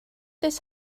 this